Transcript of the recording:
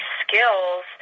skills